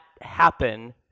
happen